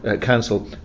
Council